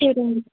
சரிங்க